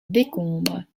décombres